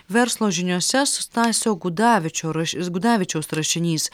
verslo žiniose stasio gudavičio raš gudavičiaus rašinys